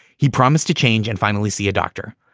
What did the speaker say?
he promised to change and finally see a doctor.